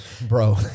Bro